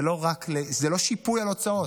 זה לא שיפוי על הוצאות.